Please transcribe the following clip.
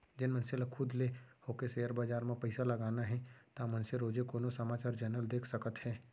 जेन मनसे ल खुद ले होके सेयर बजार म पइसा लगाना हे ता मनसे रोजे कोनो समाचार चैनल देख सकत हे